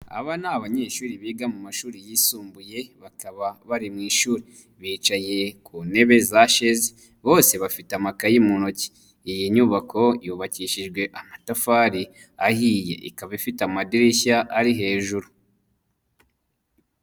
Aba ni abanyeshuri biga mu mashuri yisumbuye, bakaba bari mu ishuri, bicaye ku ntebe za sheze bose bafite amakaye mu ntoki, iyi nyubako yubakishijwe amatafari ahiye, ikaba ifite amadirishya ari hejuru.